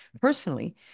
Personally